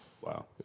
Wow